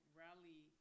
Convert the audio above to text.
rally